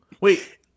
Wait